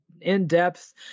in-depth